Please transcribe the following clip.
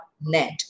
net